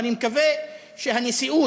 ואני מקווה שהנשיאות,